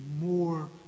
more